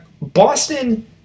Boston